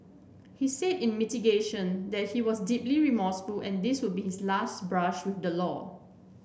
he said in mitigation that he was deeply remorseful and this would be his last brush with the law